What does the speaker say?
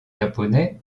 japonais